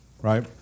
right